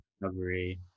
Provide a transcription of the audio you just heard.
recovery